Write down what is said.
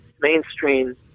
mainstream